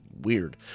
weird